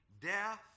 death